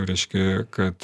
reiškia kad